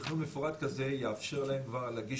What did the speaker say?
שבתכנון המפורט כזה יאפשר להם כבר להגיש